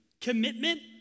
commitment